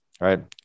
right